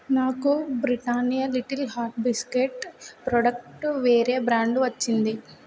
నాకు Britannia little hearts బిస్కెట్లు product వేరే బ్రాండు వచ్చింది